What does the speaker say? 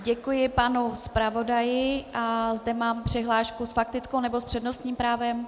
Děkuji panu zpravodaji a zde mám přihlášku s faktickou nebo s přednostním právem?